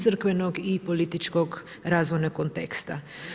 Crkvenog i političkog razvoja konteksta.